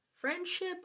friendship